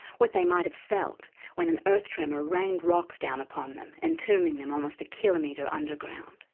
what they might have felt when an earth tremor rained rocks down upon them, entombing them almost a kilometre underground.